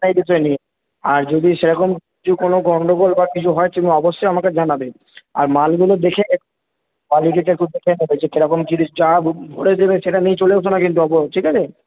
আর যদি সেরকম কিছু কোনো গণ্ডগোল বা কিছু হয় তুমি অবশ্যই আমাকে জানাবে আর মালগুলো দেখে নেব্ কোয়ালিটিটা একটু দেখে নেবে যে কীরকম কী দি যা ধরে দেবে সেটা নিয়ে চলে এসো না কিন্তু ঠিক আছে